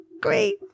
great